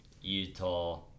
Utah